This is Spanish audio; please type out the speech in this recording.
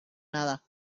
nada